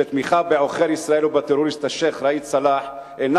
שתמיכה בעוכר ישראל ובטרוריסט השיח' ראאד סלאח אינה